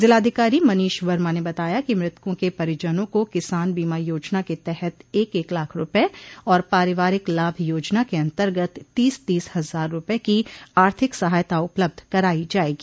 जिलाधिकारी मनीष वर्मा ने बताया कि मृतकों के परिजनों को किसान बीमा योजना के तहत एक एक लाख रूपये और पारिवारिक लाभ योजना के अन्तर्गत तीस तोस हजार रूपये की आर्थिक सहायता उपलब्ध करायो जायेगी